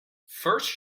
first